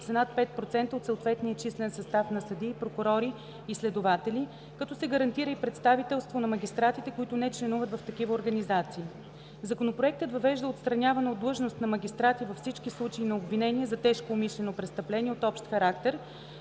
процента от съответния числен състав на съдии, прокурори и следователи, като се гарантира и представителство на магистратите, които не членуват в такива организации. Законопроектът въвежда отстраняване от длъжност на магистрати във всички случаи на обвинение за тежко умишлено престъпление от общ характер,